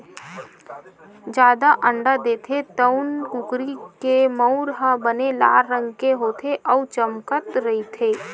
जादा अंडा देथे तउन कुकरी के मउर ह बने लाल रंग के होथे अउ चमकत रहिथे